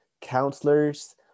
counselors